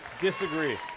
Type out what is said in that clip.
Disagree